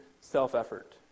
self-effort